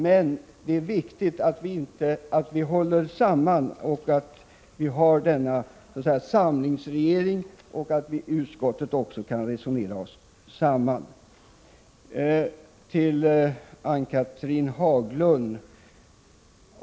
Men det är viktigt att vi håller samman, att vi har så att säga en samlingsregering och att vi i utskottet också kan resonera oss samman. Ann-Cathrine Haglund!